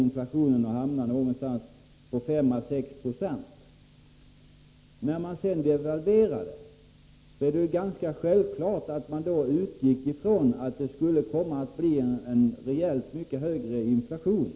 När den socialdemokratiska regeringen sedan devalverade den svenska kronan utgick man självklart från att det skulle bli en betydligt högre inflation.